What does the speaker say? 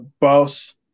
boss